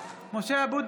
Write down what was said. (קוראת בשמות חברי הכנסת) משה אבוטבול,